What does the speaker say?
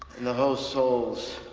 and the host souls